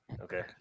okay